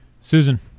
Susan